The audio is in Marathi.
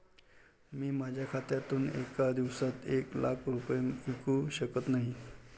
मी माझ्या खात्यातून एका दिवसात एक लाख रुपये विकू शकत नाही